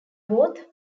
both